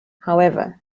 however